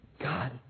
God